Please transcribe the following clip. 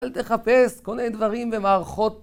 אל תחפש, קונה דברים ומערכות.